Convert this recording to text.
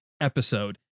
episode